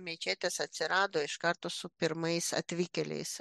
mečetės atsirado iš karto su pirmais atvykėliais